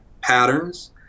patterns